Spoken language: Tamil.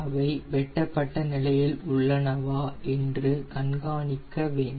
அவை வெட்டப்பட்ட நிலையில் உள்ளனவா என்று கண்காணிக்க வேண்டும்